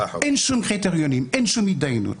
אין שום קריטריונים, אין שום התדיינות.